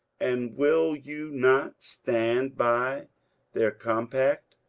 and will you not stand by their compact?